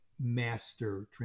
master